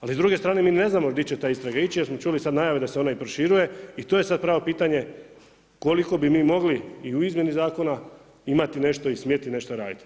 Ali s druge strane mi ne znamo gdje će ta istraga ići jer smo čuli sad najave da se ona i proširuje i tu je sad pravo pitanje koliko bi mi mogli i u izmjeni zakona imati nešto i smjeti nešto raditi.